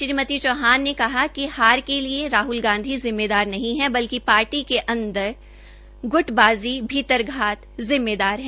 श्रीमती चौहान ने कहा है कि हार के लिये राहल गांधी जिम्मेदार नहीं बल्कि पार्टी के अदंर ग्टबाज़ी भीरत घात जिम्मेदार है